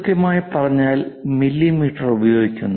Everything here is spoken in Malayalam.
കൃത്യമായി പറഞ്ഞാൽ മില്ലിമീറ്റർ ഉപയോഗിക്കുന്നു